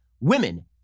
women